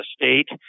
state